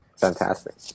Fantastic